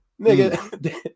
Nigga